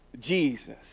Jesus